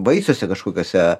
vaisiuose kažkokiuose